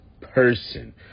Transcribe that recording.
person